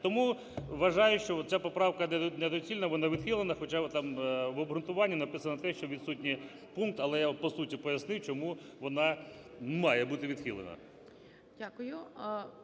Тому вважаю, що ця поправка недоцільна, вона відхилена. Хоча там в обґрунтуванні написано те, що відсутній пункт. Але я по суті пояснив, чому вона має бути відхилена.